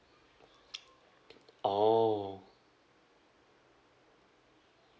oh